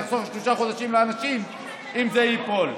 נחסוך שלושה חודשים לאנשים אם זה ייפול.